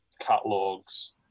catalogs